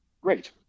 great